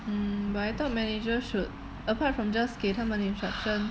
mm but I thought manager should apart from just 给他们 instruction